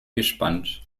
gespannt